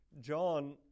John